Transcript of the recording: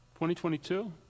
2022